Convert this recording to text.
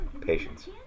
Patience